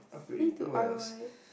I need to R_O_I